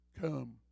come